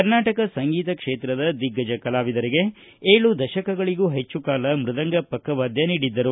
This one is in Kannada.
ಕರ್ನಾಟಕ ಸಂಗೀತ ಕ್ಷೇತ್ರದ ದಿಗ್ಗಜ ಕಲಾವಿದರಿಗೆ ಏಳು ದಶಕಗಳಗೂ ಹೆಚ್ಚು ಕಾಲ ಮೃದಂಗ ಪಕ್ಕವಾದ್ಯ ನೀಡಿದ್ದರು